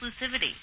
exclusivity